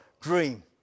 dream